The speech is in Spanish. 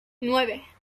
nueve